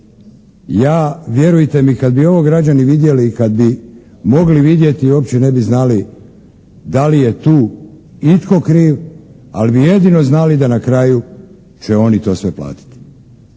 ja vjerujte mi kada bi ovo građani vidjeli i kada bi mogli vidjeti, uopće ne bi znali da li je tu itko kriv, ali bi jedino znali da na kraju će oni to sve platiti.